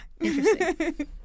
Interesting